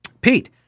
Pete